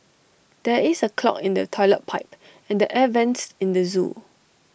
there is A clog in the Toilet Pipe and the air Vents in the Zoo